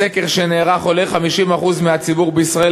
מסקר שנערך עולה ש-50% מהציבור בישראל